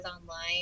online